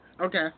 Okay